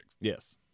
Yes